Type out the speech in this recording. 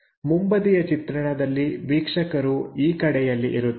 ಮುಂಬದಿಯ ಚಿತ್ರಣದಲ್ಲಿ ವೀಕ್ಷಕರು ಈ ಕಡೆಯಲ್ಲಿ ಇರುತ್ತಾರೆ